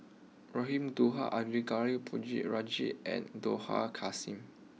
Raman Daud Arumugam Ponnu Rajah and Dollah Kassim